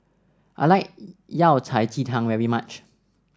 I like Yao Cai Ji Tang very much